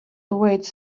awaits